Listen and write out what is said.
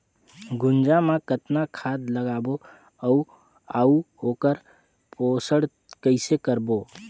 गुनजा मा कतना खाद लगाबो अउ आऊ ओकर पोषण कइसे करबो?